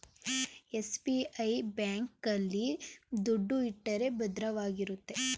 SBI bank ಆಲ್ಲಿ ದುಡ್ಡು ಇಟ್ಟರೆ ಭದ್ರವಾಗಿರುತ್ತೆ